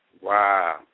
Wow